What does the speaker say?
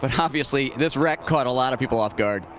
but obviously this wreck caught a lot of people off guard.